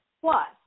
Plus